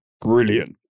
brilliant